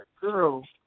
girl